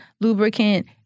lubricant